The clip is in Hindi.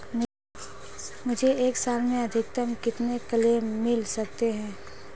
मुझे एक साल में अधिकतम कितने क्लेम मिल सकते हैं?